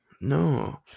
No